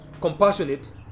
compassionate